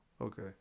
okay